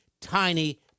tiny